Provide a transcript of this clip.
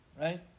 right